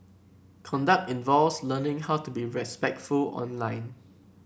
conduct involves learning how to be respectful online